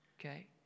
Okay